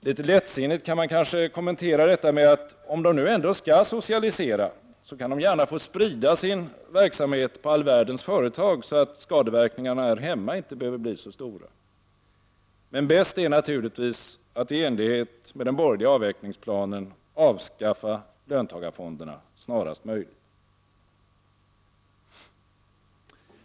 Litet lättsinnigt kan man kanske kommentera detta med att om de ändå skall socialisera, så kan de gärna få sprida sin verksamhet på all världens företag, så att skadeverkningarna här hemma inte behöver bli så stora. Men bäst är naturligtvis att i enlighet med den borgerliga avvecklingsplanen avskaffa löntagarfonderna snarast möjligt.